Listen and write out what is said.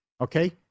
Okay